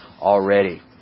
already